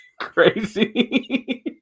crazy